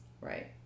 Right